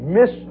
Miss